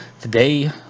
today